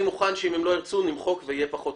הם לא ירצו, נמחק אותם.